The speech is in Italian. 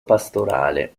pastorale